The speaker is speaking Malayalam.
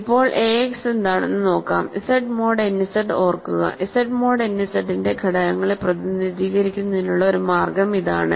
ഇപ്പോൾ ax എന്താണെന്ന് നോക്കാം Z മോഡ് n Z ഓർക്കുക Z മോഡ് n Z ന്റെ ഘടകങ്ങളെ പ്രതിനിധീകരിക്കുന്നതിനുള്ള ഒരു മാർഗ്ഗം ഇതാണ്